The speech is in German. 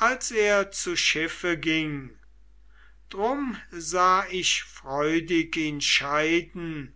als er zu schiffe ging drum sah ich freudig ihn scheiden